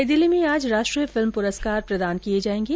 नई दिल्ली में आज राष्ट्रीय फिल्म पुरस्कार प्रदान किये जायेंगे